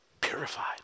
Purified